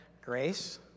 grace